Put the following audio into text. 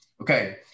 okay